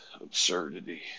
absurdity